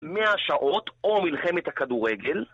מאה שעות או מלחמת הכדורגל